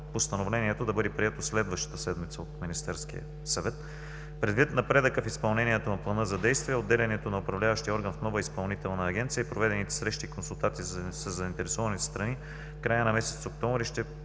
да бъде прието следващата седмица от Министерския съвет. Предвид напредъка в изпълнението на Плана за действие и отделянето на управляващия орган в нова изпълнителна агенция, проведените срещи и консултации със заинтересованите страни в края на месец октомври ще